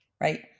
right